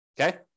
okay